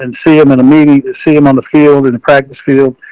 and see em in a meeting to see em on the field and a practice field.